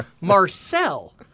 Marcel